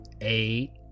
eight